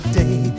day